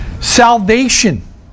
Salvation